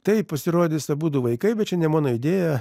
taip pasirodys abudu vaikai bet čia ne mano idėja